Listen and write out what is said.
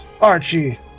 Archie